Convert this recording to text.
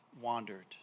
wandered